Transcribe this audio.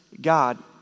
God